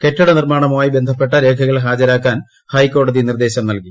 കെട്ടിട നിർമ്മാണവുമായി ബന്ധപ്പെട്ട ൂരേഖകൾ ഹാജരാക്കാൻ ഹൈക്കോടതി നിർദ്ദേശം നൽകി